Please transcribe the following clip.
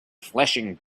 flashing